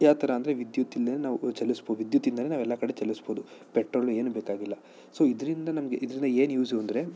ಯಾವ ಥರ ಅಂದರೆ ವಿದ್ಯುತ್ ಇಲ್ಲಂದ್ರೆ ನಾವು ಚಲಿಸಬೋದು ವಿದ್ಯುತ್ತಿಂದಲೇ ನಾವೆಲ್ಲ ಕಡೆ ಚಲಿಸಬೋದು ಪೆಟ್ರೋಲು ಏನೂ ಬೇಕಾಗಿಲ್ಲ ಸೊ ಇದರಿಂದ ನಮಗೆ ಇದರಿಂದ ಏನು ಯೂಸು ಅಂದರೆ